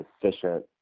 efficient